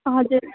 हजुर